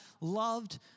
loved